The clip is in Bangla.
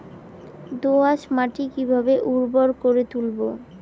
দোয়াস মাটি কিভাবে উর্বর করে তুলবো?